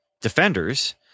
defenders